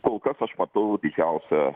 kol kas aš matau didžiausia